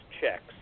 checks